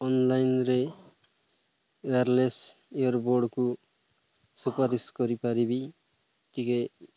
ଅନଲାଇନ୍ରେ wireless ear ବଡ଼୍କୁ ସୁପାରିଶ କରିପାରିବି ଟିକେ